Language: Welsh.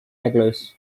eglwys